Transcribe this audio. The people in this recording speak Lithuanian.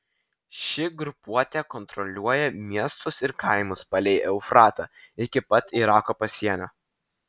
ši grupuotė kontroliuoja miestus ir kaimus palei eufratą iki pat irako pasienio